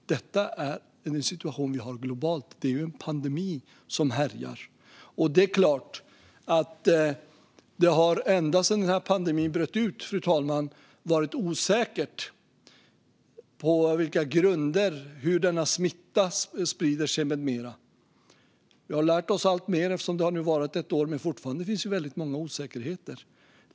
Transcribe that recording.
Detta är en situation som vi har globalt. Det är en pandemi som härjar. Ända sedan pandemin bröt ut har det varit osäkert hur denna smitta sprider sig med mera. Vi har lärt oss alltmer eftersom detta nu har varat i ett år, men fortfarande finns väldigt många osäkerheter.